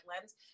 lens